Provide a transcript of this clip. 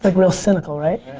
like real cynical, right?